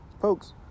Folks